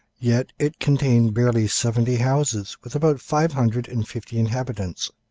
yet it contained barely seventy houses with about five hundred and fifty inhabitants.